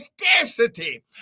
scarcity